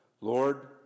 Lord